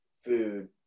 food